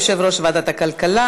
יושב-ראש ועדת הכלכלה.